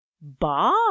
Bar